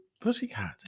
pussycat